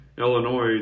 Illinois